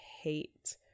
hate